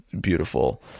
beautiful